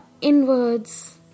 inwards